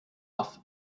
off